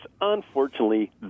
unfortunately